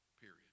period